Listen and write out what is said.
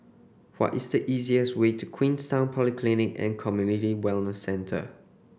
what is the easiest way to Queenstown Polyclinic and Community Wellness Centre